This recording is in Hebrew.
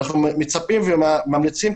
אנחנו מצפים וממליצים,